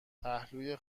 پهلوی